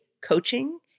coaching